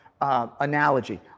analogy